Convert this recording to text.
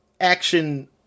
action